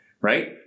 right